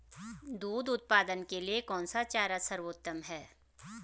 दूध उत्पादन के लिए कौन सा चारा सर्वोत्तम है?